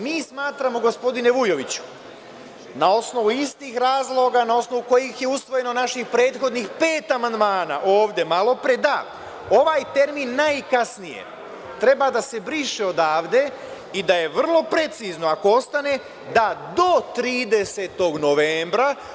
Mi smatramo, gospodine Vujoviću, na osnovu istih razloga na osnovu kojih je usvojeno naših prethodnih pet amandmana ovde malo pre, da ovaj termin: „najkasnije“ treba da se briše odavde i da je vrlo precizno ako ostane: „do 30. novembra“